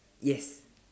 yes